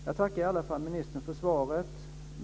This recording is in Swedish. Jag tackar ministern för svaret.